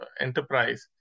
enterprise